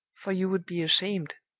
for you would be ashamed,